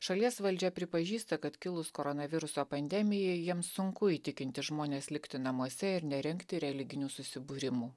šalies valdžia pripažįsta kad kilus koronaviruso pandemijai jiems sunku įtikinti žmones likti namuose ir nerengti religinių susibūrimų